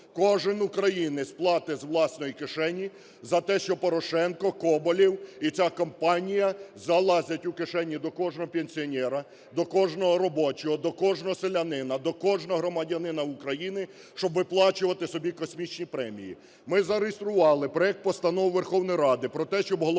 Кожен українець платить з власної кишені за те, що Порошенко, Коболєв і ця компанія залазять у кишені до кожного пенсіонера, до кожного робочого, до кожного селянина, до кожного громадянина України, щоб виплачувати собі космічні премії. Ми зареєстрували проект постанови Верховної Ради про те, щоб голова